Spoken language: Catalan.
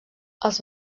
els